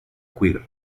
cuir